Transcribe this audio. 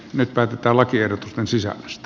nyt päätetään lakiehdotusten sisällöstä